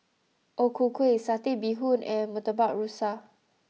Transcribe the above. O Ku Kueh Satay Bee Hoon and Murtabak Rusa